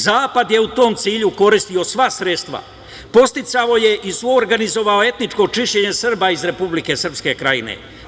Zapad je u tom cilju koristio sva sredstva, podsticao je i suorganiozvao etničko čišćenje Srba iz Republike Srpske Krajine.